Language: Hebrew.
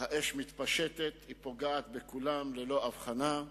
האש מתפשטת, היא פוגעת בכולם ללא הבחנה.